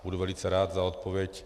Budu velice rád za odpověď.